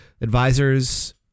advisors